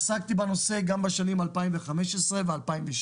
עסקתי בנושא גם בשנים 2015 ו-2016,